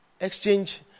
exchange